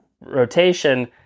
rotation